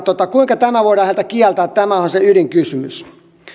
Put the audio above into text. kuinka tämä voidaan heiltä kieltää on se ydinkysymys